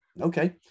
Okay